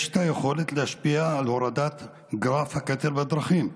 יש את היכולת להשפיע על הורדת גרף הקטל בדרכים.